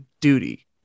duty